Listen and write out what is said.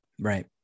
Right